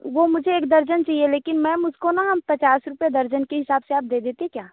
वो मुझे एक दर्जन चाहिए लेकिन मैम उसको ना हम पचास रुपए दर्जन के हिसाब से आप दे देती क्या